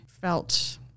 felt